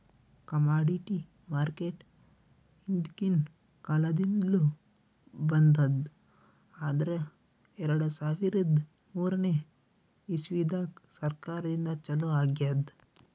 commodity market ಹಿಂದ್ಕಿನ್ ಕಾಲದಿಂದ್ಲು ಬಂದದ್ ಆದ್ರ್ ಎರಡ ಸಾವಿರದ್ ಮೂರನೇ ಇಸ್ವಿದಾಗ್ ಸರ್ಕಾರದಿಂದ ಛಲೋ ಆಗ್ಯಾದ್